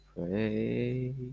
pray